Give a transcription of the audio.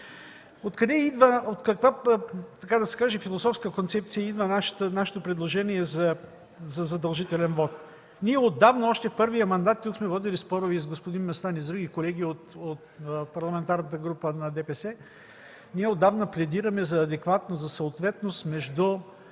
а ние сме атакисти постоянно. От каква философска концепция идва нашето предложение за задължителен вот? Отдавна, още първия мандат, тук сме водили спорове и с господин Местан, и с други колеги от Парламентарната група на ДПС, пледираме за адекватност, за съответност между